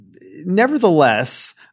nevertheless